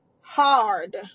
hard